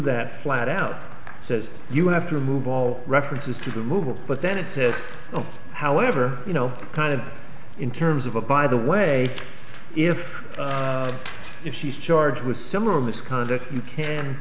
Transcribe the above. that flat out says you have to remove all references to the removal but then it says however you know kind of in terms of a by the way if she's charged with similar misconduct you can